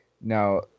now